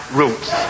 roots